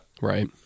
right